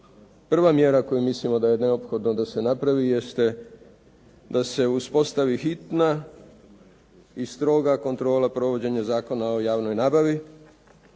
Prva mjera koju mislimo da je neophodno da se napravi jeste da se uspostavi hitna i stroga kontrola provođenja Zakona o javnoj nabavi